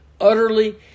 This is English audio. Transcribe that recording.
Utterly